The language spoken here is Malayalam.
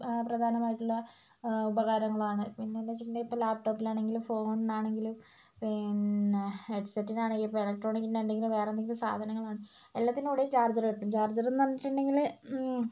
പ്രധാനമായിട്ടുള്ള ഉപകാരങ്ങളാണ് പിന്നെ എന്ന് വെച്ചിട്ടുണ്ടെങ്കിൽ ഇപ്പോൾ ലാപ് ടോപ്പിലാണെങ്കിലും ഫോണിനാണെങ്കിലും പിന്നെ ഹെഡ് സെറ്റിനാണെങ്കിലും ഇപ്പോൾ ഇലക്ട്രോണിക്കിൻ്റെ എന്തെങ്കിലും വേറെന്തെങ്കിലും സാധനങ്ങളാണെങ്കിൽ എല്ലാറ്റിൻ്റെ കൂടെയും ചാർജ്ജർ കിട്ടും ചാർജ്ജറെന്നു പറഞ്ഞിട്ടുണ്ടെങ്കിൽ